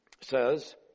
says